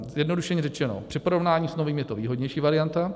Zjednodušeně řečeno, při porovnání s novými je to výhodnější varianta.